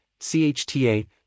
CHTA